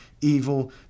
evil